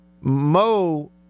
Mo